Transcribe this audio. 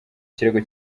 kirego